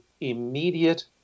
immediate